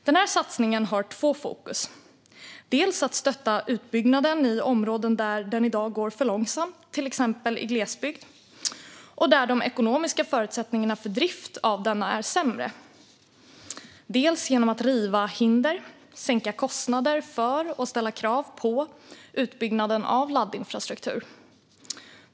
Den satsningen har två fokus: dels att stötta utbyggnaden i områden där den i dag går långsamt, till exempel i glesbygd, och där de ekonomiska förutsättningarna för drift av denna är sämre, dels att riva hinder och sänka kostnader för och ställa krav på utbyggnad av laddinfrastruktur.